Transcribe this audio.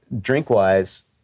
drink-wise